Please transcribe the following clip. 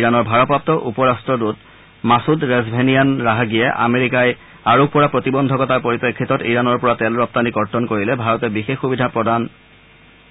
ইৰাণৰ ভাৰপ্ৰাপ্ত উপ ৰাষ্ট্ৰদূত ৰেজভেনিয়ান ৰাহাগিয়ে আমেৰিকাই লগোৱা প্ৰতিবন্ধকতাৰ পৰিপ্ৰেক্ষিতত ইৰাণৰ পৰা তেল ৰপ্তানী কৰ্তন কৰিলে ভাৰতে বিশেষ সুবিধা প্ৰদান